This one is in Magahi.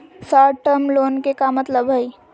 शार्ट टर्म लोन के का मतलब हई?